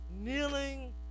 kneeling